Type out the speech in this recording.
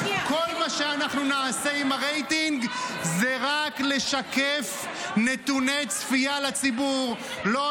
כל מה שאנחנו נעשה עם הרייטינג זה רק לשקף נתוני צפייה נעשה